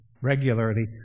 regularly